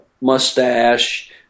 mustache